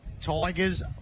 Tigers